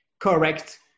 correct